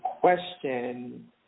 question